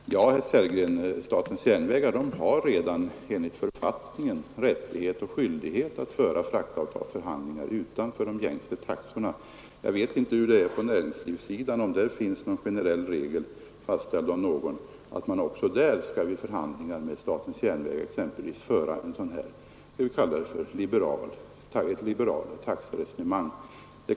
Herr talman! Ja, herr Sellgren, statens järnvägar har redan enligt författningen rättighet och skyldighet att föra fraktavtalsförhandlingar utanför de gängse taxorna. Jag vet inte om det på näringslivssidan finns någon generell regel fastställd att man också där vid förhandlingar med t.ex. SJ skall föra ett ”liberalt” taxeresonemang.